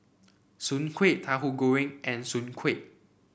Soon Kway Tahu Goreng and Soon Kway